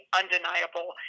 undeniable